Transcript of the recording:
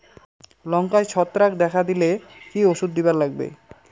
লঙ্কায় ছত্রাক দেখা দিলে কি ওষুধ দিবার লাগবে?